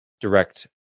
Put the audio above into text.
direct